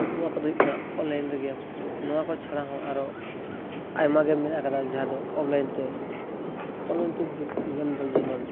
ᱱᱚᱣᱟ ᱠᱚᱫᱚ ᱦᱩᱭᱩᱜ ᱠᱟᱱᱟ ᱚᱱᱞᱟᱭᱤᱱ ᱜᱮᱢ ᱱᱚᱣᱟᱠᱚ ᱪᱷᱟᱲᱟᱦᱚᱸ ᱟᱨᱚ ᱟᱭᱢᱟᱜᱟᱱ ᱢᱮᱱᱟᱜ ᱟᱠᱟᱫᱟ ᱡᱟᱦᱟᱸᱫᱚ ᱚᱱᱞᱟᱭᱤᱱᱛᱮ ᱚᱱᱞᱟᱭᱤᱱᱛᱮ ᱜᱮᱢᱫᱚ ᱡᱮᱢᱚᱱ